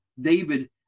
david